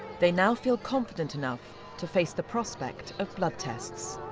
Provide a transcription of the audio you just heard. they now feel confident enough to face the prospect of blood tests.